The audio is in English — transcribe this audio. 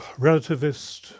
relativist